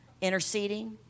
interceding